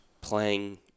playing